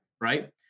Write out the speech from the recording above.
right